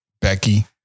Becky